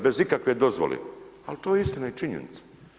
Bez ikakve dozvole, ali to je istina i činjenica.